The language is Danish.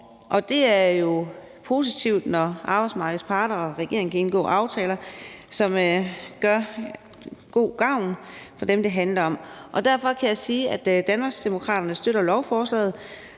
Det er jo positivt, når arbejdsmarkedets parter og regeringen kan indgå aftaler, som gør god gavn for dem, det handler om. Derfor kan jeg sige, at Danmarksdemokraterne støtter lovforslaget,